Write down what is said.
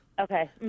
Okay